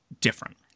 different